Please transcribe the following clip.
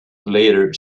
later